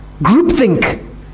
Groupthink